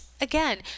again